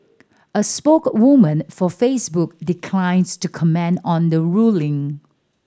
a spoke woman for Facebook declines to comment on the ruling